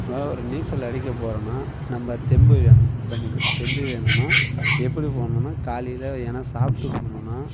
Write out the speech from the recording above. நான் ஒரு நீச்சல் அடிக்கப் போகிறேன்னா நம்ம தெம்பு வேணும் உடம்புக்கு தெம்பு வேணுன்னா எப்படி போகணுன்னா காலையில் எதுனா சாப்பிட்டு போனோன்னா